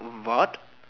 what